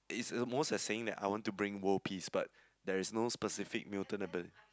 is almost as saying that I want to bring world peace but there is no specific mutant abili~